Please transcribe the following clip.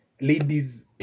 ladies